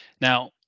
Now